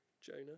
Jonah